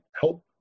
help